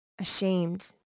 ashamed